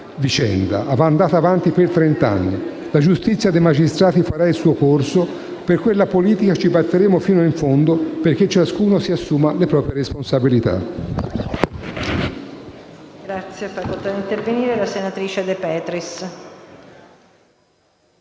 vicenda andata avanti per trent'anni. La giustizia dei magistrati farà il suo corso; per quella politica ci batteremo fino in fondo, affinché ciascuno si assuma le proprie responsabilità.